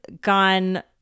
gone